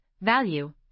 value